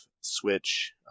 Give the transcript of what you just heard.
Switch